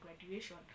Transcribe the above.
graduation